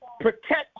protect